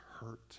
hurt